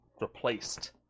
Replaced